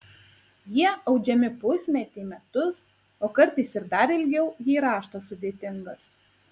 jie audžiami pusmetį metus o kartais ir dar ilgiau jei raštas sudėtingas